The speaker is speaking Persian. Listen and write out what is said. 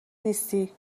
نیستی